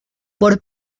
por